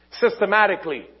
Systematically